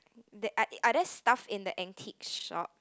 that are there stuff in the antique shop